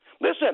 Listen